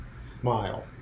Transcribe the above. Smile